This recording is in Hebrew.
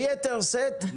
ביתר שאת,